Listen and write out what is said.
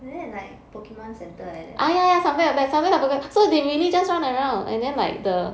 like that like pokemon center like that